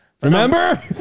Remember